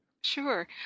Sure